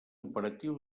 operatiu